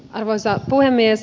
arvoisa puhemies